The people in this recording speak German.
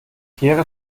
kehre